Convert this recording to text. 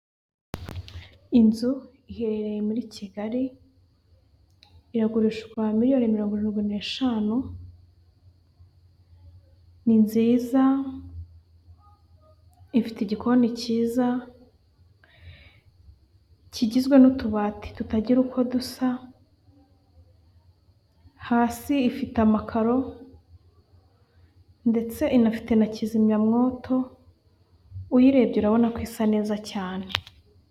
Inzu iherereye muri Kigali, iragurishwa miliyoni mirongo irindwi n'eshanu, ni nziza, ifite igikoni cyiza, kigizwe n'utubati tutagira uko dusa, hasi ifite amakaro, ndetse inafite na kizimyamwoto, uyirebye urabona ko isa neza cyane.